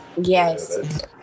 Yes